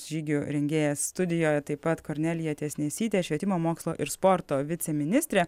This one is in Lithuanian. žygių rengėjas studijoj taip pat kornelija tiesnesytė švietimo mokslo ir sporto viceministrė